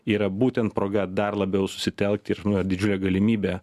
yra būtent proga dar labiau susitelkti ir nu ir didžiulę galimybę